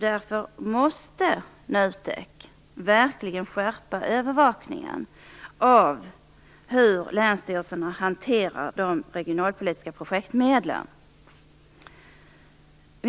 Därför måste NUTEK verkligen skärpa övervakningen av hur länsstyrelserna hanterar de regionalpolitiska projektmedlen.